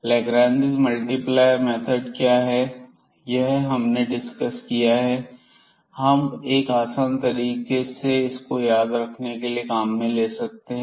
Lagrange multiplier method क्या है यह हमने डिस्कस किया है हम एक आसान तरीका इसको याद रखने के लिए काम में ले सकते हैं